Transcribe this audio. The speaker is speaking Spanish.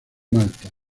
malta